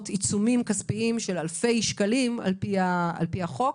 עיצומים כספיים של אלפי שקלים על פי החוק.